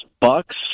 bucks